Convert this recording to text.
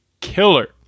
killer